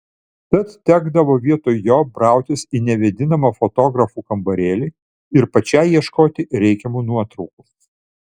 tad tekdavo vietoj jo brautis į nevėdinamą fotografų kambarėlį ir pačiai ieškoti reikiamų nuotraukų